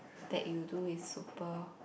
that you do is super